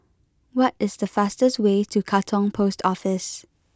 what is the fastest way to Katong Post Office